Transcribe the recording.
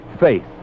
faith